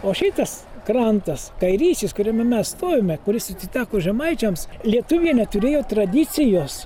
o šitas krantas kairysis kuriame mes stovime kuris atiteko žemaičiams lietuviai neturėjo tradicijos